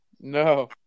No